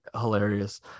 hilarious